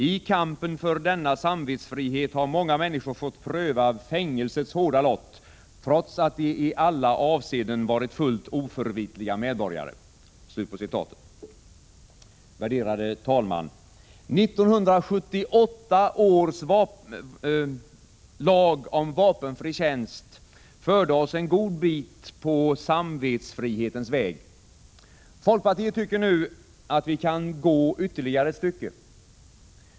I kampen för denna samvetsfrihet ha många människor fått pröva fängelsets hårda lott, trots att de i alla avseenden varit fullt oförvitliga medborgare.” Herr talman! 1978 års lag om vapenfri tjänst förde oss en god bit på samvetsfrihetens väg. Folkpartiet tycker nu att vi kan gå ytterligare ett stycke.